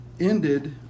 ended